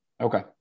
Okay